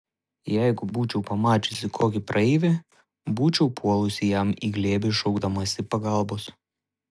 jeigu būčiau pamačiusi kokį praeivį būčiau puolusi jam į glėbį šaukdamasi pagalbos